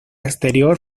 exterior